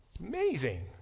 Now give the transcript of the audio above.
Amazing